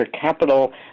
capital